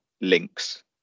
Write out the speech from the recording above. links